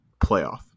playoff